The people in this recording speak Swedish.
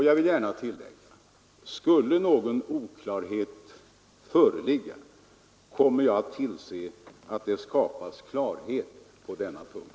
Jag vill gärna tillägga: Skulle någon oklarhet föreligga kommer jag att tillse att det skapas klarhet på denna punkt.